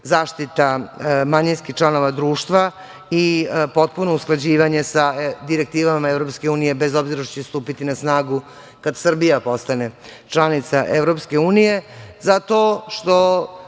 zaštita manjinskih članova društva i potpuno usklađivanje sa direktivama EU, bez obzira što će stupiti na snagu kad Srbija postane članica EU? Zato što